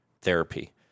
therapy